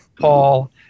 Paul